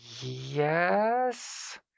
Yes